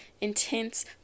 intense